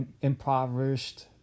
impoverished